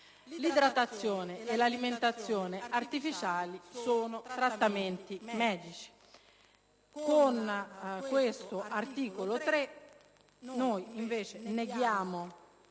L'idratazione e l'alimentazione artificiali sono trattamenti medici: con quest'articolo 3, invece, neghiamo